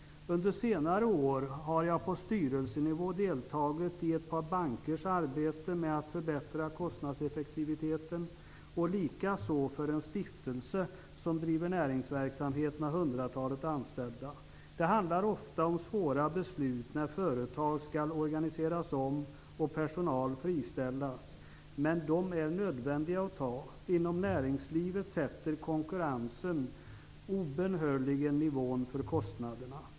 Under senare år har jag på styrelsenivå deltagit i ett par bankers arbete med att förbättra kostnadseffektiviteten och likaså i en stiftelse som driver näringsverksamhet med hundratalet anställda. Det handlar ofta om svåra beslut när företag skall organiseras om och personal friställas, men de är nödvändiga att ta. Inom näringslivet sätter konkurrensen obönhörligen nivån för kostnaderna.